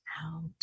out